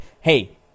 hey